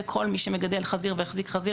זה כל מי שמגדל חזיר והחזיק חזיר